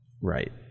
Right